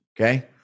Okay